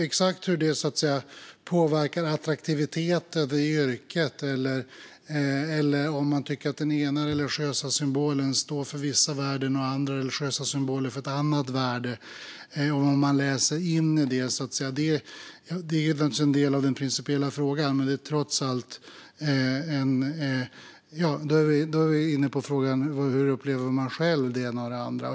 Exakt hur detta påverkar yrkets attraktivitet, om man tycker att den ena religiösa symbolen står för vissa värden och den andra för andra värden och vad man läser in i detta är naturligtvis en del av den principiella frågan, men då är vi inne på frågan om hur man själv upplever det ena eller det andra.